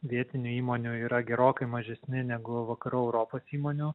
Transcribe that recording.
vietinių įmonių yra gerokai mažesni negu vakarų europos įmonių